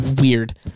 weird